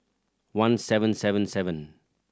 one seven seven seven